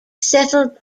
settled